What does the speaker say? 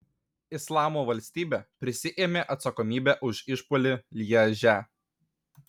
islamo valstybė prisiėmė atsakomybę už išpuolį lježe